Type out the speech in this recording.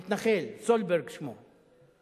מתנחל, סולברג שמו.